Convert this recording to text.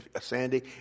Sandy